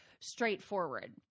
straightforward